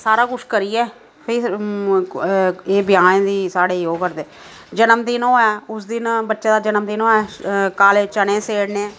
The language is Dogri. सारा कुछ करियै फिर एह् ब्याहें दी साढ़े ओह् करदे जन्मदिन होऐ उस दिन बच्चे दा जन्मदिन होऐ काले चने सेड़ने